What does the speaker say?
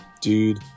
dude